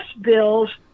bills